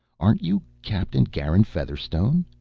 aren't you captain garin featherstone?